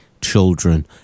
children